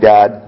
God